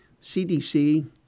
CDC